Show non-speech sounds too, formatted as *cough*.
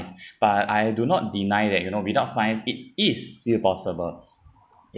*breath* but I do not deny that you know without science it is still possible